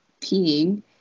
peeing